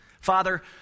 Father